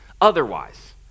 otherwise